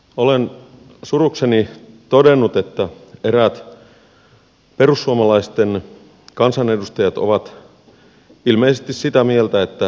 olen surukseni todennut että eräät perussuomalaisten kansanedustajat ovat ilmeisesti sitä mieltä että ei kuulu